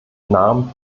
nahmen